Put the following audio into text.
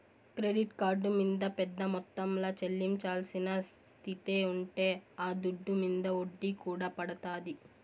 credit card మింద పెద్ద మొత్తంల చెల్లించాల్సిన స్తితే ఉంటే ఆ దుడ్డు మింద ఒడ్డీ కూడా పడతాది